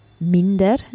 Minder